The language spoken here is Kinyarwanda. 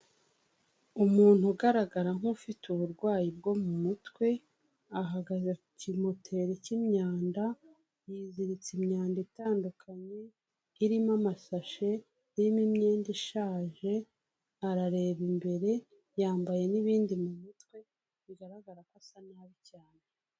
Umuntu ugaragara nk'ufite uburwayi bwo mu mutwe ahagaze ku kimoteri cy'imyanda, yiziritse imyanda itandukanye irimo amasashe, irimo imyenda ishaje, arareba imbere yambaye n'ibindi mu mutwe bigaragara ko asa nabi cyane.